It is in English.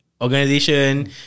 organization